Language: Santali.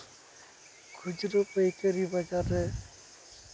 ᱠᱷᱩᱪᱨᱟᱹ ᱯᱟᱹᱭᱠᱟᱹᱨᱤ ᱵᱟᱡᱟᱨ ᱨᱮ